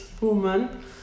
woman